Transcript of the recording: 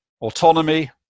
autonomy